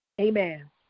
amen